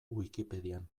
wikipedian